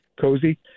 cozy